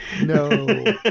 no